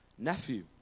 nephew